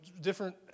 different